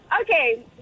Okay